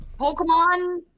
pokemon